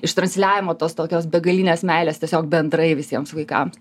iš transliavimo tos tokios begalinės meilės tiesiog bendrai visiems vaikams